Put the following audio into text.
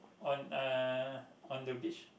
on uh on the beach